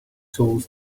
tools